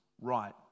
right